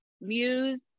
muse